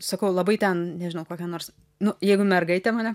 sakau labai ten nežinau kokia nors nu jeigu mergaite mane